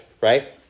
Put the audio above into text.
right